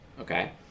okay